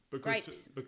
Grapes